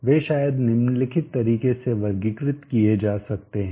वे शायद निम्नलिखित तरीके से वर्गीकृत किए जा सकते हैं